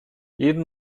jeden